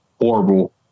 horrible